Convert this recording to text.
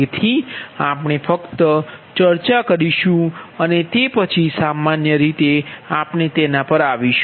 તેથી આપણે ફક્ત ચર્ચા કરીશું અને તે પછી સામાન્યરીતે આપણે તેના પર આવીશુ